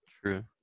true